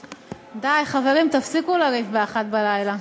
די, חברים, תפסיקו לריב באחת בלילה.